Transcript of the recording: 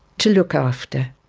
to look after?